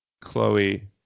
Chloe